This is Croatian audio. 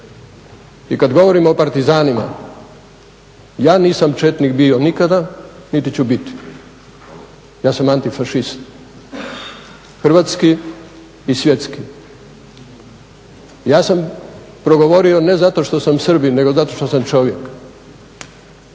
I kada govorimo o partizanima, ja nisam četnik bio nikada niti ću biti, ja sam antifašist, hrvatski i svjetski. Ja sam progovorio ne zato što sam Srbin, nego zato što sam čovjek.